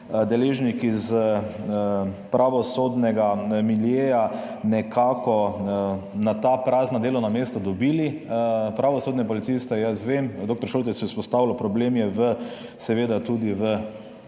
deležniki iz pravosodnega miljeja, nekako na ta prazna delovna mesta dobili pravosodne policiste. Jaz vem, dr. Šoltes je izpostavljal, problem je seveda tudi v